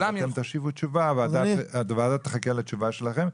אתם תשיבו תשובה והוועדה תחכה לתשובה שלכם,